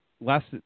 last –